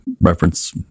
reference